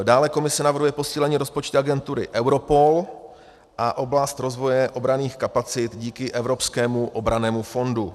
Dále Komise navrhuje posílení rozpočtu agentury Europol a oblast rozvoje obranných kapacit díky evropskému obrannému fondu.